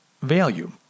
value